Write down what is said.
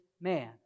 man